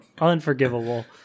unforgivable